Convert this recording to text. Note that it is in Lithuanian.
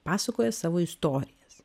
pasakoja savo istorijas